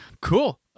Cool